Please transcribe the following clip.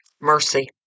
Mercy